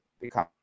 become